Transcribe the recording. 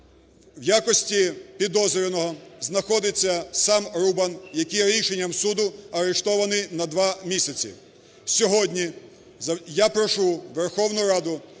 в якості підозрюваного знаходиться сам Рубан, який рішенням суду арештований на 2 місяці.